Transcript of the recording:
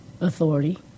authority